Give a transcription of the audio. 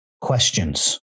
questions